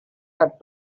had